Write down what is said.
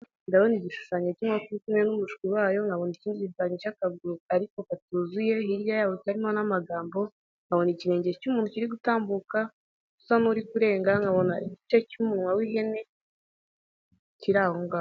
Ndabona igishushanyo k'inkoko iri kumwe n'umushwi wayo. Nkabona n'igishushanyo cy'akaguru ariko katuzuye. Hirya yaho karimo n'amagambo, nkabona ikirenge cy'umuntu kiri gutambuka usa nuri kurenga. nkabona n'igice cy'umunwa w'ihene kirangaho